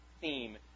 theme